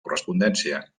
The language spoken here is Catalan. correspondència